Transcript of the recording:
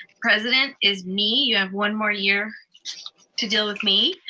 president is me, you have one more year to deal with me.